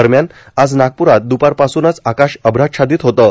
दरम्यान आज नागप्रात द्रपारपासूनच आकाश अभाच्छादित होतं